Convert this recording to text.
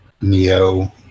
neo